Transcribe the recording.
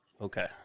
Okay